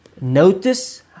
Notice